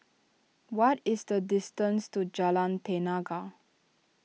what is the distance to Jalan Tenaga